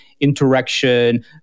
interaction